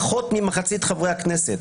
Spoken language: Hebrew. פחות ממחצית חברי הכנסת.